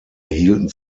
erhielten